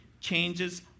changes